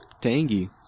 Tangy